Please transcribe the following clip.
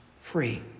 free